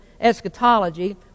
eschatology